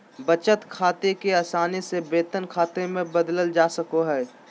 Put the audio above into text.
बचत खाते के आसानी से वेतन खाते मे बदलल जा सको हय